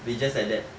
will just like that